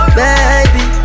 baby